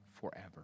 forever